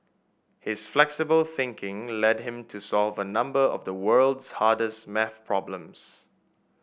his flexible thinking led him to solve a number of the world's hardest maths problems